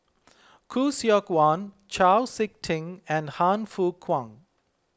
Khoo Seok Wan Chau Sik Ting and Han Fook Kwang